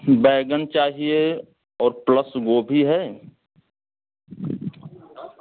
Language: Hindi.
बैंगन चाहिए और प्लस गोभी है